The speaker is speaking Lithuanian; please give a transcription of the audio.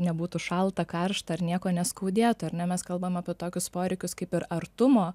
nebūtų šalta karšta ar nieko neskaudėtų ar ne mes kalbam apie tokius poreikius kaip ir artumo